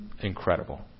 incredible